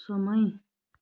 समय